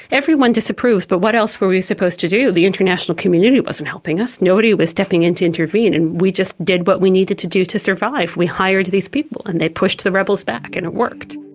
everyone disapproved, but what else were we supposed to do? the international community wasn't helping us, nobody was stepping in to intervene, and we just did what we needed to do to survive, we hired these people and they pushed the rebels back and it worked.